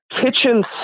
kitchen